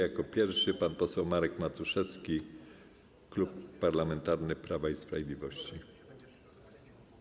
Jako pierwszy - pan poseł Marek Matuszewski, Klub Parlamentarny Prawo i Sprawiedliwość.